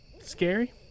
scary